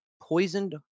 poisoned